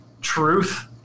truth